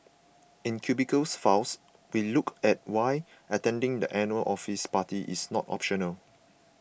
in Cubicles Files we look at why attending the annual office party is not optional